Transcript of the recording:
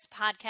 Podcast